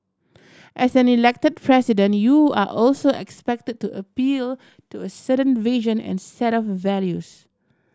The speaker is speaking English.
as an Elected President you are also expected to appeal to a certain vision and set of values